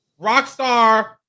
Rockstar